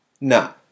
no